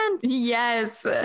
Yes